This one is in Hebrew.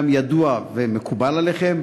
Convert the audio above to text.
1. האם המצב הקיים ידוע ומקובל עליכם?